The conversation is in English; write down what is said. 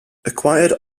acquired